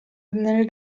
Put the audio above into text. nel